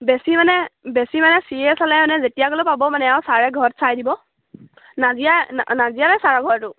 বেছি মানে বেছি মানে চিৰিয়াছ হ'লে মানে যেতিয়া গ'লেও পাব মানে আৰু ছাৰে ঘৰত চাই দিব নাজিৰা নাজিৰাতে ছাৰৰ ঘৰটো